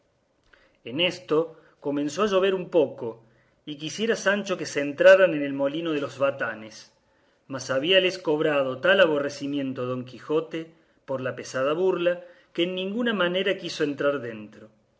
en esto comenzó a llover un poco y quisiera sancho que se entraran en el molino de los batanes mas habíales cobrado tal aborrecimiento don quijote por la pesada burla que en ninguna manera quiso entrar dentro